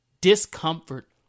Discomfort